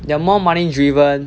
they are more money driven